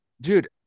dude